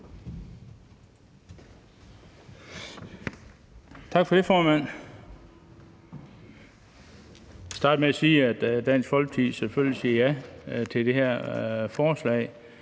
Tak for det, formand. Jeg vil starte med at sige, at Dansk Folkeparti selvfølgelig siger ja til det her forslag.